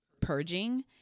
purging